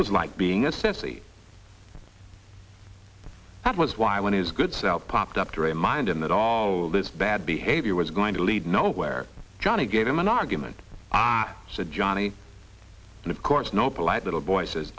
was like being a ceci that was why when his good self popped up to remind him that all this bad behavior was going to lead nowhere johnny gave him an argument said johnny and of course no polite little